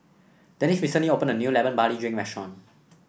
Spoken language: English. Denis recently opened a new Lemon Barley Drink Restaurant